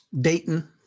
Dayton